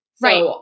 Right